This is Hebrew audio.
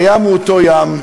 הים הוא אותו ים,